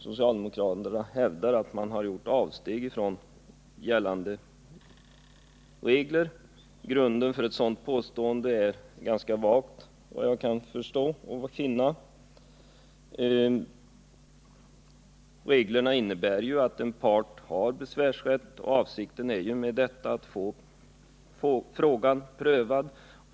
Socialdemokraterna hävdar att avsteg gjorts från gällande regler. Grunden för ett sådant påstående är ganska dålig, efter vad jag kan finna. Reglerna innebär att en part har besvärsrätt, och avsikten med detta är att få frågan prövad.